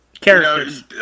characters